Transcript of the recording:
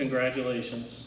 congratulations